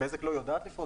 בזק לא יודעת לפרוס?